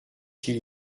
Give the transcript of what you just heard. qu’il